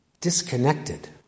disconnected